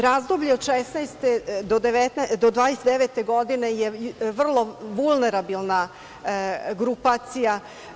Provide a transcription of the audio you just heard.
Razdoblje od 16. do 29. godine je vrlo vulerabilna grupacija.